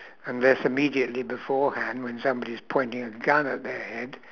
unless immediately beforehand when somebody's pointing a gun at their head